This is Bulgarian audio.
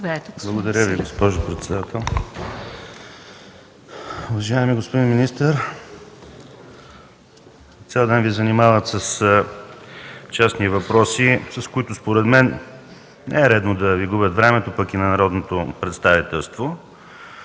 Благодаря Ви, госпожо председател. Уважаеми господин министър, цял ден Ви занимават с частни въпроси, с които според мен не е редно да Ви губят времето, пък и на народното представителство,